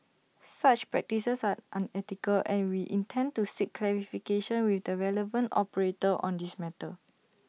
such practices are unethical and we intend to seek clarification with the relevant operator on this matter